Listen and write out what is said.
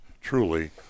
truly